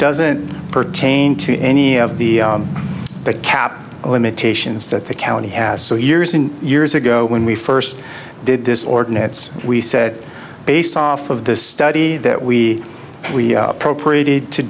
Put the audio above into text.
doesn't pertain to any of the cap limitations that the county has so years and years ago when we first did this ordinance we said based off of the study that we appropriated to